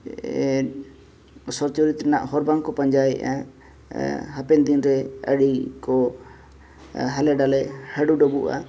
ᱥᱚᱛ ᱪᱩᱨᱤᱛ ᱨᱮᱱᱟᱜ ᱦᱚᱨ ᱵᱟᱝᱠᱚ ᱯᱟᱸᱡᱟᱭᱮᱫᱼᱟ ᱦᱟᱯᱮᱱ ᱫᱤᱱᱨᱮ ᱟᱹᱰᱤ ᱠᱚ ᱦᱟᱞᱮᱼᱰᱟᱞᱮ ᱦᱟᱹᱰᱩ ᱰᱟᱹᱵᱩᱜᱼᱟ